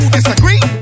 Disagree